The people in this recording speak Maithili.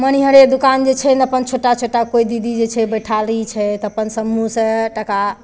मनिहारे दोकान जे छै ने अपन छोटा छोटा कोइ दीदी जे छै बैठारी छै तऽ अपन समूहसँ टका